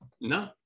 no